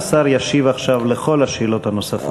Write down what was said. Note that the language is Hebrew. השר ישיב עכשיו לכל השאלות הנוספות.